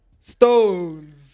Stones